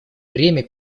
время